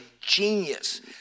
genius